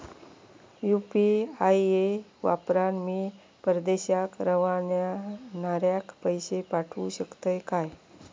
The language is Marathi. यू.पी.आय वापरान मी परदेशाक रव्हनाऱ्याक पैशे पाठवु शकतय काय?